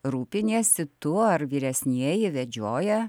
rūpiniesi tu ar vyresnieji vedžioja